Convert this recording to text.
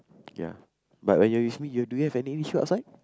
ya but when you're with me you do you have any issue outside